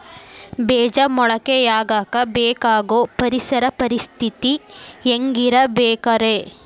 ಬೇಜ ಮೊಳಕೆಯಾಗಕ ಬೇಕಾಗೋ ಪರಿಸರ ಪರಿಸ್ಥಿತಿ ಹ್ಯಾಂಗಿರಬೇಕರೇ?